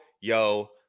yo